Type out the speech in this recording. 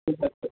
ঠিক আছে